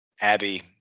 Abby